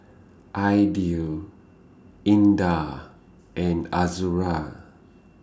Aidil Indah and Azura